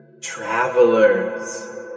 travelers